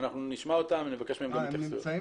אנחנו נשמע אותם ונבקש מהם גם התייחסות.